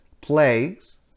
plagues